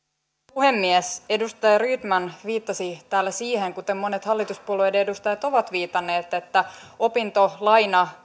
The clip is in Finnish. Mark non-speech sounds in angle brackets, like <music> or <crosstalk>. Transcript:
puhemies edustaja rydman viittasi täällä siihen kuten monet hallituspuolueiden edustajat ovat viitanneet että opintolaina <unintelligible>